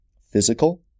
Physical